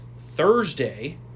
Thursday